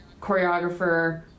choreographer